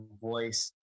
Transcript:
voice